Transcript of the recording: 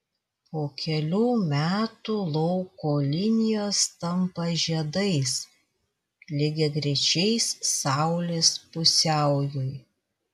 po kelių metų lauko linijos tampa žiedais lygiagrečiais saulės pusiaujui